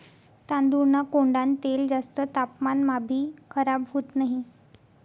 तांदूळना कोंडान तेल जास्त तापमानमाभी खराब होत नही